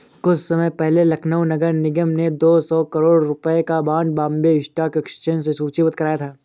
कुछ समय पहले लखनऊ नगर निगम ने दो सौ करोड़ रुपयों का बॉन्ड बॉम्बे स्टॉक एक्सचेंज में सूचीबद्ध कराया था